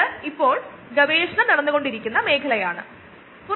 അപ്പോൾ മാത്രം ബയോറിയാക്ടർ ശരിയായി പ്രവർത്തിക്കു